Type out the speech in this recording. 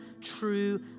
true